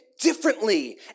differently